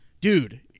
dude